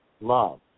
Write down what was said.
Love